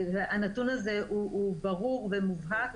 הנתון הזה הוא ברור ומובהק,